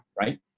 right